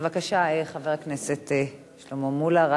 בבקשה, חבר הכנסת שלמה מולה.